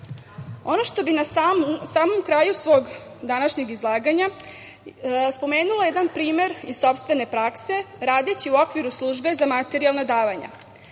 što bih na samom kraju svog današnjeg izlaganja spomenula bih jedan primer iz sopstvene prakse radeći u okviru službe za materijalna davanja. Naime,